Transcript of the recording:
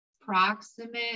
Proximate